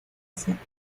suecia